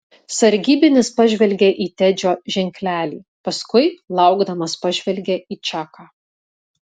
sargybinis pažvelgė į tedžio ženklelį paskui laukdamas pažvelgė į čaką